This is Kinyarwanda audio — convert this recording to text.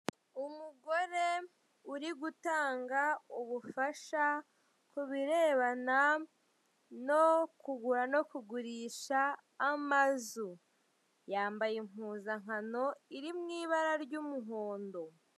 Umugore uri gutanga ubufasha ku birebana no kugura no kugurisha amazu. Yambaye impuzankano iri mu ibara ry'umuhondo.